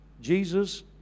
Jesus